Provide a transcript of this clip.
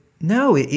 no